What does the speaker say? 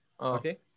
okay